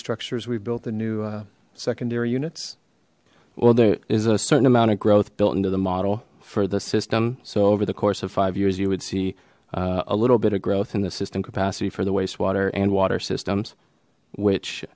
structures we've built the new secondary units well there is a certain amount of growth built into the model for the system so over the course of five years you would see a little bit of growth in the system capacity for the wastewater and water systems which